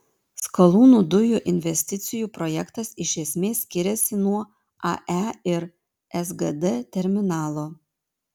skalūnų dujų investicijų projektas iš esmės skiriasi nuo ae ir sgd terminalo